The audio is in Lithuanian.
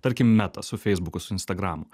tarkim meta su feisbuku su instagramu